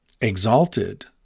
exalted